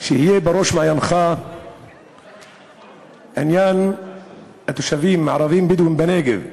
שיהיה בראש מעייניך עניין התושבים הערבים הבדואים בנגב,